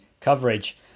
coverage